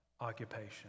occupation